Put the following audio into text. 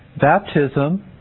baptism